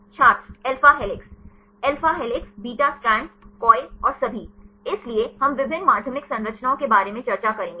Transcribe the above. छात्र alpha helices alpha helices beta strands coil और सभी इसलिए हम विभिन्न माध्यमिक संरचनाओं के बारे में चर्चा करेंगे